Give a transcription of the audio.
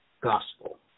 gospel